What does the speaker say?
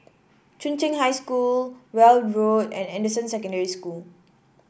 Chung Cheng High School Weld Road and Anderson Secondary School